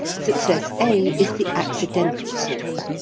success a is the accidental sort.